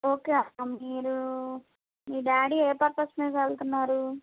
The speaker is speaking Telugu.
ఓకే అక్క మీరు మీ డాడీ ఏ పర్పస్ మీద వెళుతున్నారు